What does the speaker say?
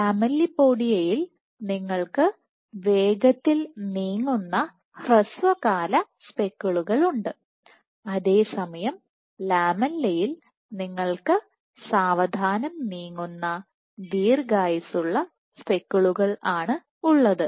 ലാമെല്ലിപോഡിയയിൽ നിങ്ങൾക്ക് വേഗത്തിൽ നീങ്ങുന്ന ഹ്രസ്വകാല സ്പെക്കിളുകളുണ്ട് അതേസമയം ലാമെല്ലയിൽLamella നിങ്ങൾക്ക് സാവധാനം നീങ്ങുന്ന ദീർഘായുസ്സുള്ള സ്പെക്കിളുകൾആണ് ഉള്ളത്